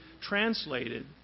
translated